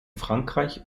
frankreich